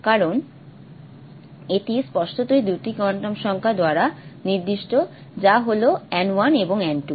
কারণ এটি স্পষ্টতই দুটি কোয়ান্টাম সংখ্যা দ্বারা নির্দিষ্ট যা হল n 1 এবং n 2